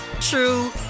true